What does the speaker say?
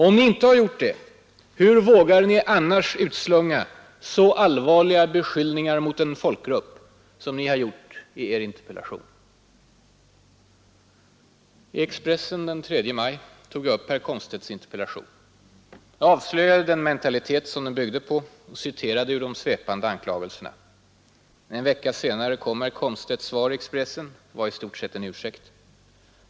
Om Ni inte gjort det — hur vågar Ni annars utslunga så allvarliga beskyllningar mot en folkgrupp som Ni gjort i Er interpellation? I Expressen den 3 maj tog jag upp herr Komstedts interpellation, avslöjade den mentalitet som den byggde på och citerade ur de svepande anklagelserna. En vecka senare kom herr Komstedts svar i Expressen. Det var i stort sett en ursäkt.